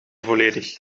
volledig